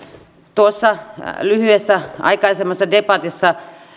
tuossa lyhyessä aikaisemmassa debatissa